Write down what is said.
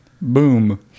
boom